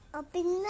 Open